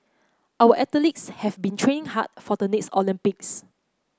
our athletes have been training hard for the next Olympics